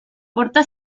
porta